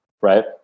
right